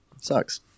sucks